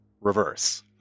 reverse